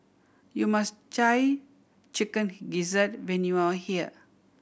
you must try Chicken Gizzard when you are here